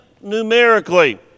numerically